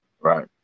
Right